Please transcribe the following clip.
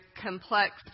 complex